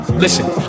Listen